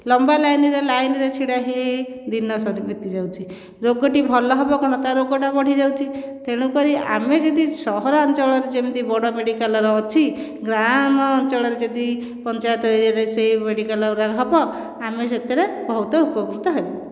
ଲମ୍ବା ଲାଇନରେ ଲାଇନରେ ଛିଡ଼ା ହୋଇ ହୋଇ ଦିନ ସରି ବିତିଯାଉଛି ରୋଗ ଟିଏ ଭଲ ହେବ କ'ଣ ତା' ରୋଗଟା ବଢ଼ିଯାଉଛି ତେଣୁ କରି ଆମେ ଯଦି ସହରାଞ୍ଚଳରେ ଯେମିତି ବଡ଼ ମେଡ଼ିକାଲର ଅଛି ଗ୍ରାମ ଅଞ୍ଚଳରେ ଯଦି ପଞ୍ଚାୟତ ଇଏରେ ସେହି ମେଡ଼ିକାଲ ଗୁଡ଼ାକ ହେବ ଆମେ ସେଥିରେ ବହୁତ ଉପକୃତ ହେବୁ